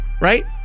right